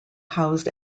housed